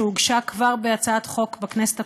שהוגשה כבר בהצעת חוק בכנסת הקודמת,